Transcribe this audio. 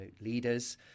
leaders